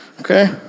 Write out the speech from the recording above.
Okay